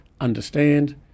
understand